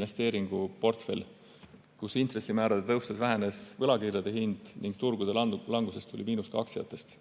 investeeringuportfell, kus intressimäärade tõustes vähenes võlakirjade hind ning turgude langusest tuli miinus ka aktsiatest.